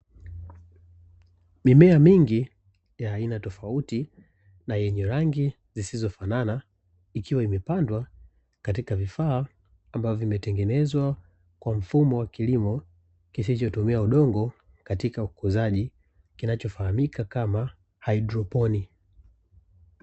Mimea mingi ya aina tofauti na yenye rangi zisizofanana ikiwa imepandwa katika vifaa ambayo vimetengenezwa kwa mfumo wa kilimo kisichotumia udongo ambacho hujulikana kama haidroponi.